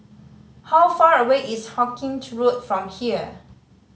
how far away is Hawkinge Road from here